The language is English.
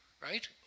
right